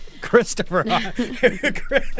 Christopher